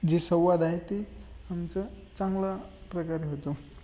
जे संवाद आहे ते आमचं चांगल्या प्रकारे होतो